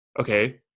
okay